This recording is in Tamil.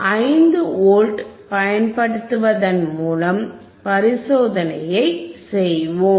5 வோல்ட் பயன்படுத்துவதன் மூலம் பரிசோதனையை செய்வோம்